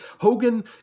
Hogan